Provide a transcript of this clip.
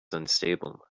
unstable